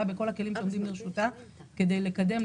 בכל הכלים שעומדים לרשותה כדי לקדם,